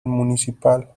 municipal